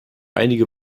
einige